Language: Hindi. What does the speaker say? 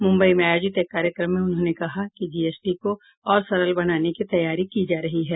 मुम्बई में आयोजित एक कार्यक्रम में उन्होंने कहा कि जीएसटी को और सरल बनाने की तैयारी की जा रही है